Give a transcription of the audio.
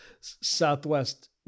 Southwest